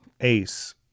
ace